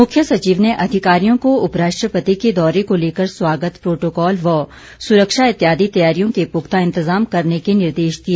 मुख्य सचिव ने अधिकारियों को उप राष्ट्रपति के दौरे को लेकर स्वागत प्रोटोकॉल व सुरक्षा इत्यादि तैयारियों के पुख्ता इंतजाम करने के निर्देश दिए